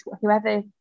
whoever